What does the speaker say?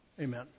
Amen